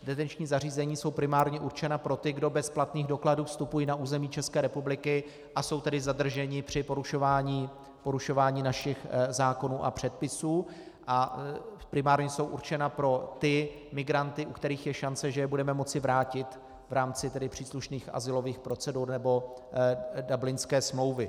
Detenční zařízení jsou primárně určena pro ty, kdo bez platných dokladů vstupují na území České republiky, a jsou tedy zadrženi při porušování našich zákonů a předpisů, a primárně jsou určena pro ty migranty, u kterých je šance, že je budeme moci vrátit v rámci příslušných azylových procedur nebo Dublinské smlouvy.